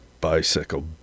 bicycle